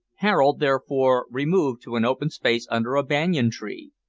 harold, therefore, removed to an open space under a banyan-tree,